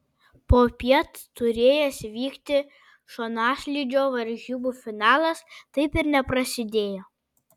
popiet turėjęs vykti šonaslydžio varžybų finalas taip ir neprasidėjo